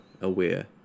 aware